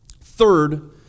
Third